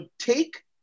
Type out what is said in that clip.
take